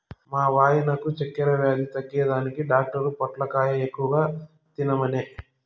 మా వాయినకు చక్కెర వ్యాధి తగ్గేదానికి డాక్టర్ పొట్లకాయ ఎక్కువ తినమనె